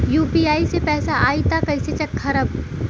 UPI से पैसा आई त कइसे चेक खरब?